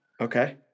Okay